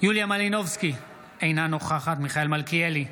יוליה מלינובסקי, אינה נוכחת מיכאל מלכיאלי,